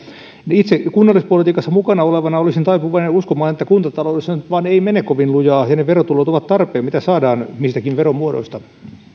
itse kunnallispolitiikassa mukana olevana olisin taipuvainen uskomaan että kuntataloudessa nyt vain ei mene kovin lujaa ja ne verotulot mitä saadaan niistäkin veromuodoista